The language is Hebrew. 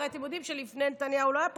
הרי אתם יודעים שלפני נתניהו לא היו פריימריז.